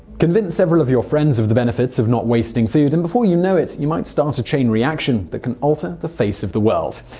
convince several of your friends of the benefits of not wasting food, and before you know it, you might start a chain reaction that can alter the face of the world.